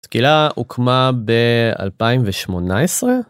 תקילה הוקמה ב2018.